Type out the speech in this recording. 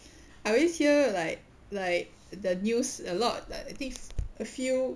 I always hear like like the news a lot like I think a few